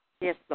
Yes